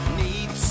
need